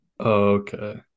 Okay